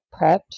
prepped